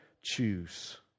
choose